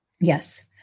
Yes